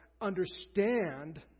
understand